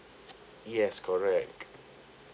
yes correct